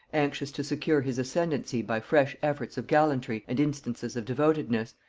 anxious to secure his ascendency by fresh efforts of gallantry and instances of devotedness,